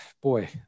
boy